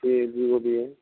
جی جی وہ بھی ہے